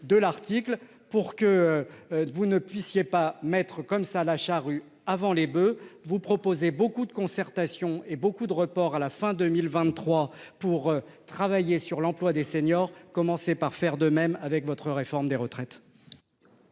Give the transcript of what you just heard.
de l'article pour que. Vous ne puissiez pas maître comme ça la charrue avant les boeufs. Vous proposez beaucoup de concertations et beaucoup de report à la fin 2023 pour travailler sur l'emploi des seniors, commencer par faire de même avec votre réforme des retraites.